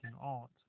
art